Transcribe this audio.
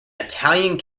italian